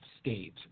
state